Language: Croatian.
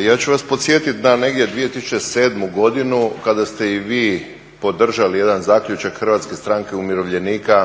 Ja ću vas podsjetiti da negdje 2007. godinu kada ste i vi podržali jedan zaključak Hrvatske stranke umirovljenika